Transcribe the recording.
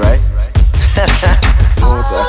Right